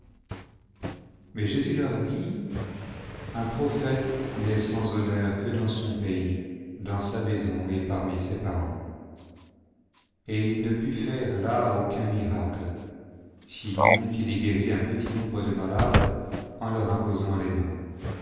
mais jésus leur dit un prophète n'est sans honneur que dans son pays dans sa maison et parmi ses parents et il ne put faire là aucun miracle sinon qu'il y guérit un petit nombre de malades en leur imposant mains